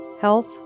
Health